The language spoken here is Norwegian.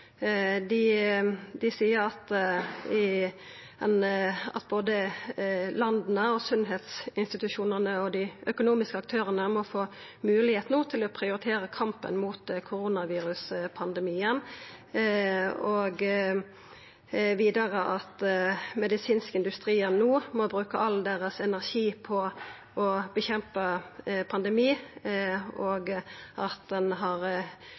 Dei seier at både landa, sunnheitsinstitusjonane og dei økonomiske aktørane no må få moglegheit til å prioritera kampen mot koronaviruspandemien, vidare at den medisinske industrien no må bruka all energien sin på å kjempa mot ein pandemi, og at ein har